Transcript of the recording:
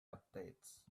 updates